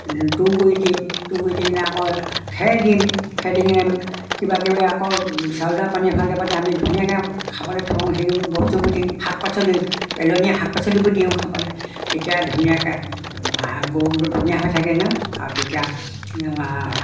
তুঁহ গুৰি দিম তুঁহ গুৰি দি কিনে আকৌ খেৰ দিম খেৰ দি কিনে কিবাকিবি আকৌ আমি ধুনীয়াকৈ খাবলৈ থওঁ সেই বস্তুবোৰ দিওঁ শাক পাচলি পেলনীয়া শাক পাচলিবোৰ দিওঁ খাবলৈ তেতিয়া ধুনীয়াকৈ গৰুটো ধুনীয়া হৈ থাকে ন আৰু তেতিয়া